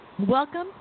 Welcome